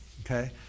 Okay